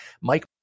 Mike